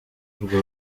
urwo